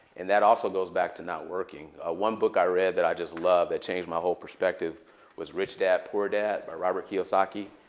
and that also goes back to not working. ah one book i read that i just love that changed my whole perspective was rich dad poor dad by robert kiyosaki.